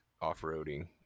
off-roading